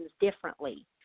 differently